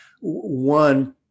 One